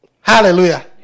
Hallelujah